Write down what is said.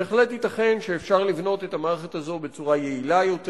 בהחלט ייתכן שאפשר לבנות את המערכת הזאת בצורה יעילה יותר,